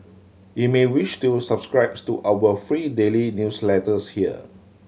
you may wish to subscribes to our free daily newsletters here